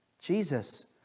Jesus